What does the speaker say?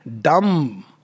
dumb